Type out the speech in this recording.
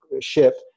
ship